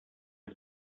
des